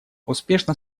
успешно